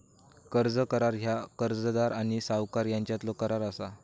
कर्ज करार ह्या कर्जदार आणि सावकार यांच्यातलो करार असा